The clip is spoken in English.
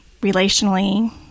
relationally